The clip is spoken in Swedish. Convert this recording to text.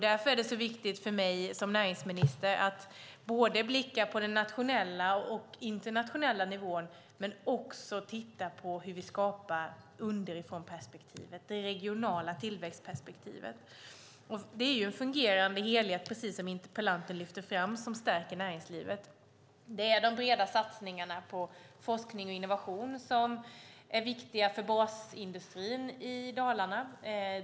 Därför är det viktigt för mig som näringsminister att blicka såväl på den nationella och internationella nivån som på hur vi skapar underifrånperspektivet, det regionala tillväxtperspektivet. Precis som lyfts fram här är det en fungerande helhet som stärker näringslivet. Det är de breda satsningarna på forskning och innovation som är viktiga för basindustrin i Dalarna.